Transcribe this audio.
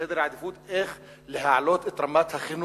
איך סדר העדיפויות יעלה את רמת החינוך,